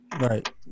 Right